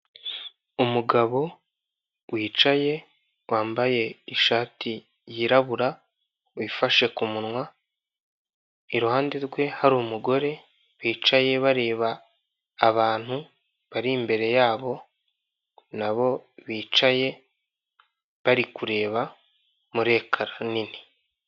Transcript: Umugabo wicaye wambaye ishati yirabura wifashe ku munwa, iruhande rwe hari umugore bicaye bareba abantu bari imbere yabo, na bo bicaye bari kureba muri ekara nini.